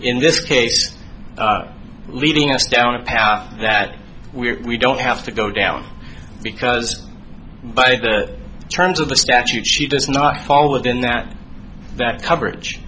in this case leading us down a path that we don't have to go down because the terms of the statute she does not fall within that that coverage